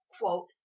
quote